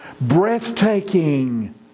Breathtaking